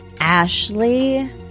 Ashley